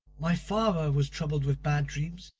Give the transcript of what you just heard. my father was troubled with bad dreams.